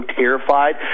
terrified